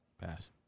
Pass